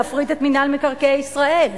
להפריט את מינהל מקרקעי ישראל.